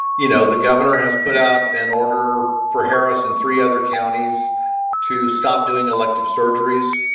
you know, the governor has put out an order for harris and three other counties to stop doing elective surgeries.